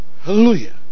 hallelujah